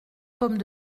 pommes